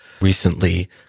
Recently